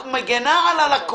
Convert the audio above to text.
מגינה?